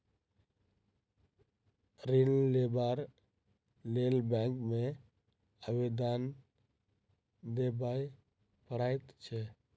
ऋण लेबाक लेल बैंक मे आवेदन देबय पड़ैत छै